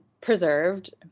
preserved